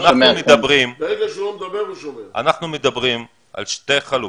אנחנו מדברים על שתי חלופות,